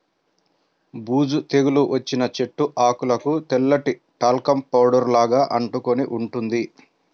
బూజు తెగులు వచ్చిన చెట్టు ఆకులకు తెల్లటి టాల్కమ్ పౌడర్ లాగా అంటుకొని ఉంటుంది